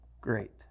Great